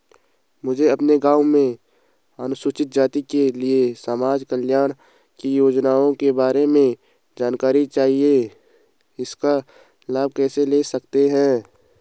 मुझे अपने गाँव में अनुसूचित जाति के लिए समाज कल्याण की योजनाओं के बारे में जानकारी चाहिए इसका लाभ कैसे ले सकते हैं?